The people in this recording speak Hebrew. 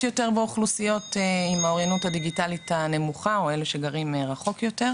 יותר באוכלוסיות עם האוריינות הדיגיטלית הנמוכה או אלה שגרים רחוק יותר,